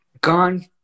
gone